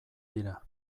dira